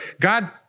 God